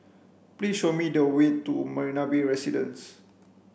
please show me the way to Marina Bay Residences